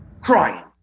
crying